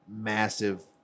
massive